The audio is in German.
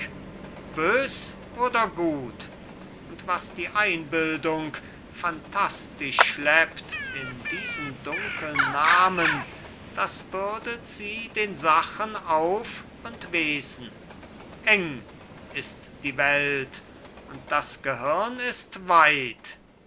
bös oder gut und was die einbildung phantastisch schleppt in diesen dunkeln namen das bürdet sie den sachen auf und wesen eng ist die welt und das gehirn ist weit